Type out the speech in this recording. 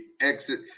exit